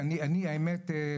קודם כל אני באמת,